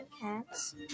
cats